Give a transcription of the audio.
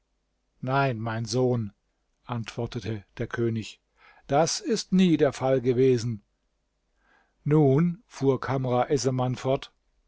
nein mein sohn antwortete der könig das ist nie der fall gewesene nun fuhr kamr essaman fort